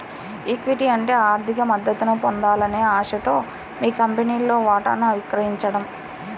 equity అంటే ఆర్థిక మద్దతును పొందాలనే ఆశతో మీ కంపెనీలో వాటాను విక్రయించడం